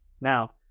Now